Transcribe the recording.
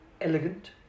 elegant